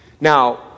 Now